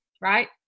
right